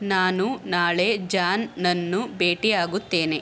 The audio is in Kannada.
ನಾನು ನಾಳೆ ಜಾನ್ನನ್ನು ಭೇಟಿಯಾಗುತ್ತೇನೆ